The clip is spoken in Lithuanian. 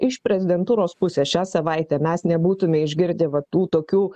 iš prezidentūros pusės šią savaitę mes nebūtume išgirdę va tų tokių